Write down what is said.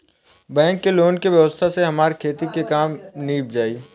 bank के loan के व्यवस्था से हमार खेती के काम नीभ जाई